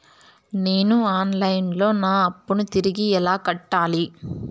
నేను online లో నా అప్పును తిరిగి ఎలా కట్టాలి?